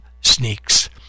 sneaks